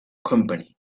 company